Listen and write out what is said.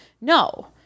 No